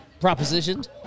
propositioned